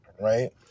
Right